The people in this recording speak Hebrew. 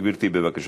גברתי, בבקשה.